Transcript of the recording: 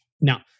Now